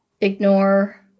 ignore